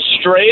straight